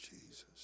Jesus